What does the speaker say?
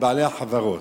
לבעלי החברות.